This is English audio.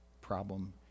problem